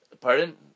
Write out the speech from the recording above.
Pardon